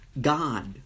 God